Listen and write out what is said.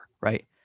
right